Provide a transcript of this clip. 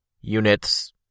units